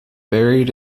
buried